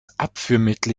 abführmittel